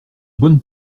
bonne